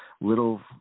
little